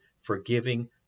forgiving